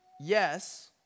Yes